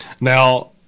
Now